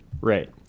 right